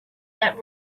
that